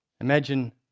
Imagine